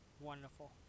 Wonderful